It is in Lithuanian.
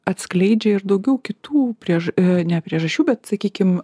atskleidžia ir daugiau kitų priež ne priežasčių bet sakykim